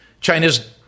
China's